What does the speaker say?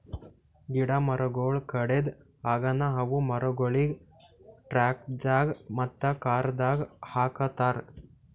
ಗಿಡ ಮರಗೊಳ್ ಕಡೆದ್ ಆಗನ ಅವು ಮರಗೊಳಿಗ್ ಟ್ರಕ್ದಾಗ್ ಮತ್ತ ಕಾರದಾಗ್ ಹಾಕತಾರ್